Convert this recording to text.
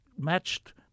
matched